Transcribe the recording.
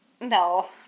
No